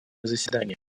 заседание